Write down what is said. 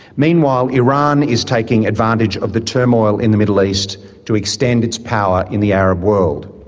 meanwhile iran is taking advantage of the turmoil in the middle east to extend its power in the arab world.